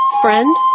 friend